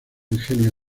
ingenio